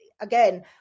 again